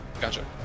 Gotcha